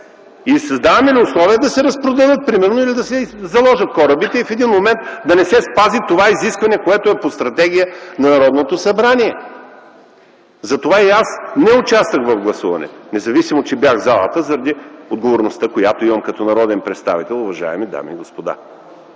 И създаваме ли условия да се разпродадат, примерно, или да се заложат корабите и в един момент да не се спази това изискване, което е по стратегия на Народното събрание? Затова аз не участвах в гласуването! Независимо, че бях в залата, заради отговорността, която имам като народен представител, уважаеми дами и господа!